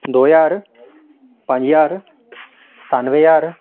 दो ज्हार पंज ज्हार सतानुऐ ज्हार